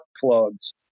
plugs